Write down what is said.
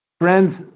Friends